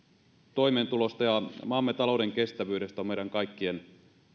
toimeentulosta ja maamme talouden kestävyydestä on meidän kaikkien